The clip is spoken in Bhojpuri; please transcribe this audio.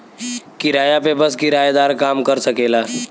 किराया पे बस किराएदारे काम कर सकेला